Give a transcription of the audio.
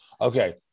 okay